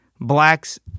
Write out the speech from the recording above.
blacks